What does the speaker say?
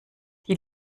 die